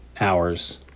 hours